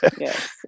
yes